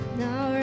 now